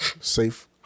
safe